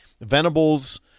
Venables